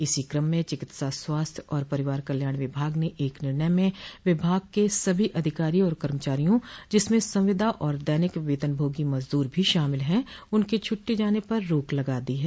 इसी क्रम में चिकित्सा स्वास्थ्य और परिवार कल्याण विभाग ने एक निर्णय में विभाग के सभी अधिकारी और कर्मचारियों जिसमें संविदा और दैनिक वेतनभोगी मजदूर भी शामिल है उनके छूट्टी जाने पर रोक लगा दी है